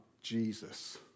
Jesus